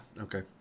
okay